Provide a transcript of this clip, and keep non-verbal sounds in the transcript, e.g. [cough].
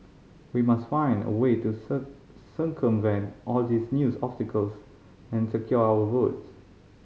we must find a way to [unintelligible] circumvent all these new obstacles and secure our votes